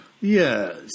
Yes